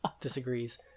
disagrees